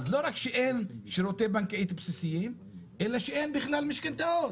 אז לא רק שאין שירותים בנקאיים בסיסיים אלא שאין בכלל משכנתאות.